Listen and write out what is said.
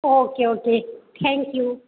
okay okay thank you